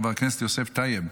חבר הכנסת יוסף טייב,